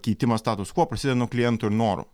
keitimas status kvo prasideda nuo kliento ir noro